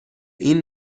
این